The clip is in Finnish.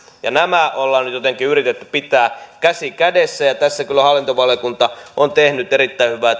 nämä ollaan nyt jotenkin yritetty pitää käsi kädessä ja tässä kyllä hallintovaliokunta on tehnyt erittäin hyvää työtä ja